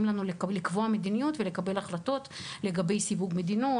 לנו לקבוע מדיניות ולקבל החלטות לגבי סיווג מדינות,